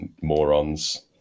morons